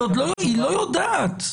היא לא יודעת.